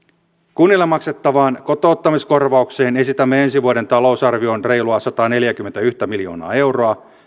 kunnille maksettavaan kotouttamiskorvaukseen esitämme ensi vuoden talousarvioon reilua sataaneljääkymmentäyhtä miljoonaa euroa